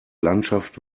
landschaft